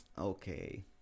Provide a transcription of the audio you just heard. okay